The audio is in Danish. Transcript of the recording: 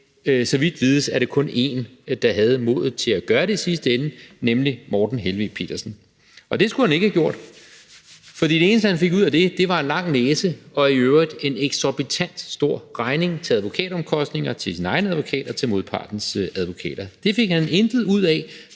så vidt vides, er det kun en, der havde modet til at gøre det i sidste ende, nemlig Morten Helveg Petersen. Det skulle han ikke have gjort, fordi det eneste, han fik ud af det, var en lang næse og i øvrigt en eksorbitant stor regning til advokatomkostninger til sin egen advokat og til modpartens advokater. Det fik han intet ud af,